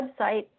website